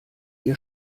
ihr